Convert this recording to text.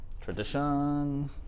Tradition